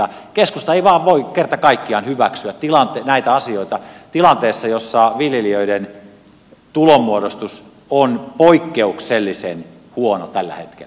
keskusta ei vain voi kerta kaikkiaan hyväksyä näitä asioita tilanteessa jossa viljelijöiden tulonmuodostus on poikkeuksellisen huono tällä hetkellä